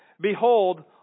Behold